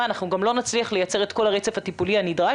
אנחנו גם לא נצליח לייצר את כל הרצף הטיפולי הנדרש.